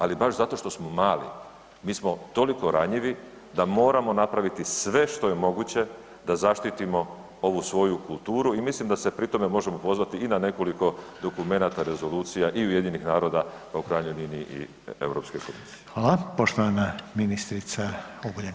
Ali baš zato što smo mali mi smo toliko ranjivi da moramo napraviti sve što je moguće da zaštitimo ovu svoju kulturu i mislim da se pri tome možemo pozvati i na nekoliko dokumenata, rezolucija i UN-a, pa u krajnjoj liniji i Europske komisije.